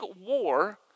war